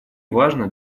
важно